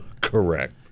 correct